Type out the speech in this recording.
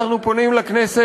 אנחנו פונים לכנסת,